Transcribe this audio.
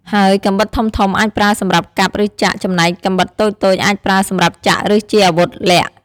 ហើយកាំបិតធំៗអាចប្រើសម្រាប់កាប់ ឬចាក់ ចំណែកកាំបិតតូចៗអាចប្រើសម្រាប់ចាក់ ឬជាអាវុធលាក់។